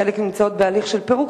חלק נמצאות בהליך של פירוק,